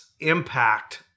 impact